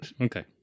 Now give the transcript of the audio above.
Okay